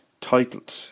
titled